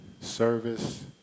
service